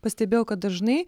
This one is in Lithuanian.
pastebėjau kad dažnai